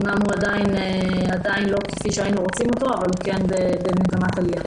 אמנם הוא עדיין לא כפי שהיינו רוצים אותו אבל הוא במגמת עלייה.